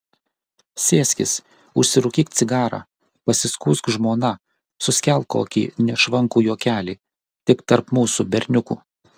sėskis užsirūkyk cigarą pasiskųsk žmona suskelk kokį nešvankų juokelį tik tarp mūsų berniukų